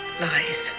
lies